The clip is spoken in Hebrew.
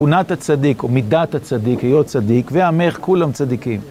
עונת הצדיק, ומידת הצדיק, להיות צדיק, ועמך כולם צדיקים.